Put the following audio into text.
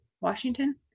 Washington